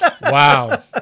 Wow